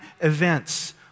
events